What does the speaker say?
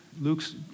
Luke's